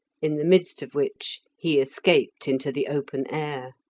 in the midst of which he escaped into the open air.